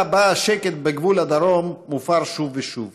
שבה השקט בגבול הדרום מופר שוב ושוב.